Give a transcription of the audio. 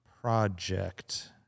Project